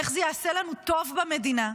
איך זה יעשה לנו טוב במדינה.